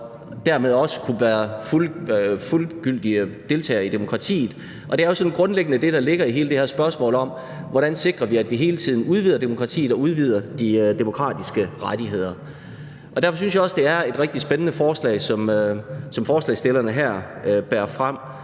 og dermed ret til at kunne være fuldgyldige deltagere i demokratiet, og det er sådan grundlæggende det, der ligger i hele det her spørgsmål om, hvordan vi sikrer, at vi hele tiden udvider demokratiet og udvider de demokratiske rettigheder. Derfor synes jeg også, det er et rigtig spændende forslag, som forslagsstillerne her bærer frem.